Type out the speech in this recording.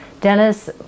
Dennis